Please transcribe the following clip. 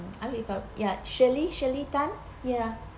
and with a ya shirley shirley tan